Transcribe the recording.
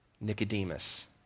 Nicodemus